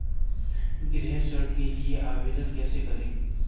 गृह ऋण के लिए आवेदन कैसे करें?